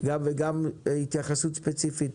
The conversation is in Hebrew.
וגם התייחסות ספציפית